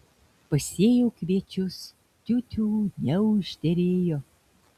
pasėjau kviečius tiu tiū neužderėjo